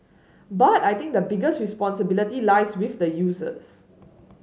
but I think the biggest responsibility lies with the users